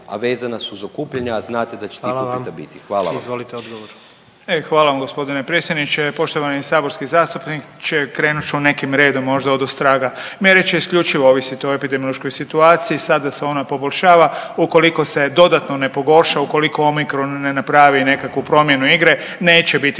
vam. **Jandroković, Gordan (HDZ)** Izvolite odgovor. **Beroš, Vili (HDZ)** Hvala vam g. predsjedniče. Poštovani saborski zastupniče. Krenut ću nekim redom možda odostraga. Mjere će isključivo ovisiti o epidemiološkoj situaciji, sada se ona poboljšava ukoliko se dodatno ne pogorša, ukoliko omikron ne napravi nekakvu promjenu igre neće biti